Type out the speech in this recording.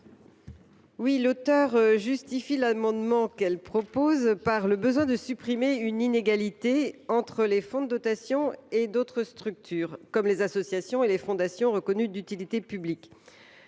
Delattre justifie son amendement par la nécessité de supprimer une inégalité entre les fonds de dotation et d’autres structures, comme les associations et les fondations reconnues d’utilité publique.